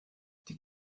die